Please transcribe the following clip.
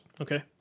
Okay